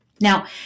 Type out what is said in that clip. Now